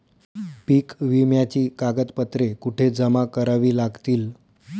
पीक विम्याची कागदपत्रे कुठे जमा करावी लागतील?